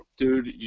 Dude